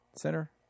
center